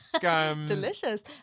Delicious